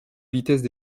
vitesse